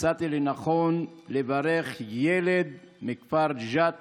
מצאתי לנכון לברך ילד מהכפר ג'ת